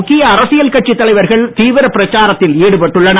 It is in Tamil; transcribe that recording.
முக்கிய அரசியல் கட்சித் தலைவர்கள் தீவிர பிரச்சாரத்தில் ஈடுபட்டுள்ளனர்